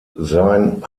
sein